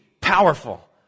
powerful